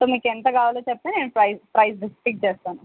so మీకు ఎంత కావాలో చెప్తే నేను ప్రైస్ ప్రైస్ చేస్తాను